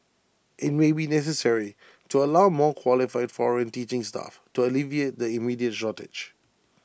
IT may be necessary to allow more qualified foreign teaching staff to alleviate the immediate shortage